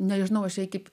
nežinau aš kaip